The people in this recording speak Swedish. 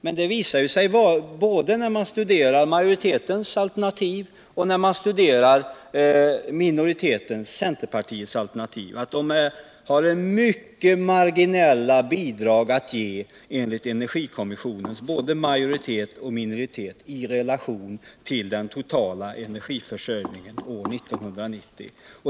Men det visar sig att både majoritetens alternativ och minoritetens, dvs. centerpartiets, alternativ endast har mycket marginella bidrag att ge i relation till den totala kraftförsörjningen år 1990.